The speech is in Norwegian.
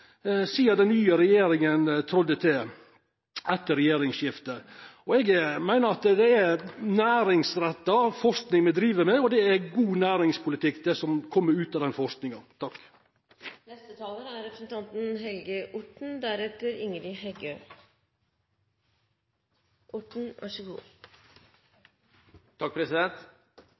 sidan den nye regjeringa trådde til etter regjeringsskiftet. Eg meiner det er næringsretta forsking me driv med, og det er god næringspolitikk som kjem ut av den forskinga.